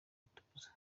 itubuza